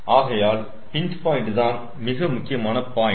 ஆகையால் pinch point தான் மிக முக்கியமான பாயிண்ட்